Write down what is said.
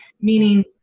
Meaning